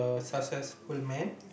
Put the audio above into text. successful man